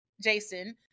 Jason